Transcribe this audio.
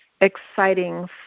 Exciting